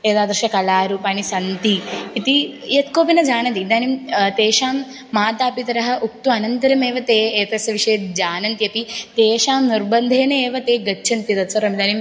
एतादृशकलारूपाणि सन्ति इति यत् कोपि न जानन्ति इदानीं तेषां मातापितरः उक्त्वा अनन्तरमेव ते एतस्य विषये जानन्ति अपि तेषां निर्बन्धेन एव ते गच्छन्ति तत्सर्वम् इदानीं